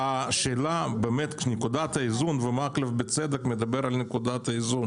מקלב מדבר בצדק על נקודת האיזון